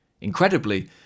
Incredibly